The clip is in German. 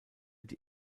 die